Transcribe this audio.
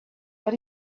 but